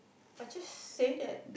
I just say that